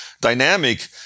Dynamic